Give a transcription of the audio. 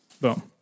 Boom